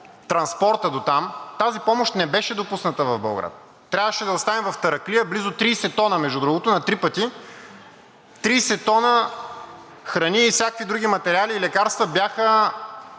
транспорта дотам, тази помощ не беше допусната в Болград. Трябваше да я оставим в Тараклия. Близо 30 тона, между другото, на три пъти – 30 тона храни и всякакви други материали и лекарства бяха